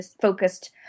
focused